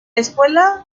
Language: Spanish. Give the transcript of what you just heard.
escuela